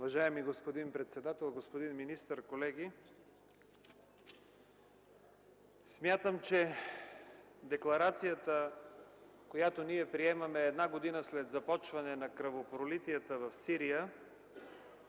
Уважаеми господин председател, господин министър, колеги! Смятам, че декларацията, която ние приемаме една година след започване на кръвопролитията в Сирия,